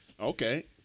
Okay